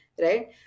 right